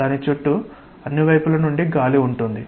దాని చుట్టూ అన్ని వైపుల నుండి గాలి ఉంటుంది